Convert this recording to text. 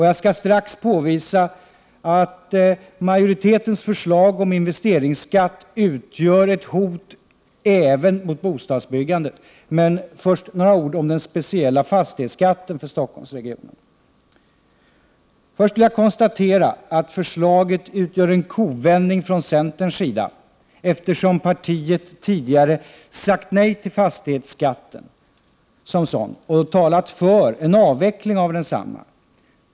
Jag skall strax påvisa att majoritetens förslag om investeringsskatt utgör ett hot även mot bostadsbyggandet, men först några ord om den speciella fastighetsskatten för Stockholmsregionen. Först vill jag konstatera att förslaget utgör en kovändning från centerns sida, eftersom partiet tidigare sagt nej till fastighetsskatten som sådan och talat för en avveckling av densamma.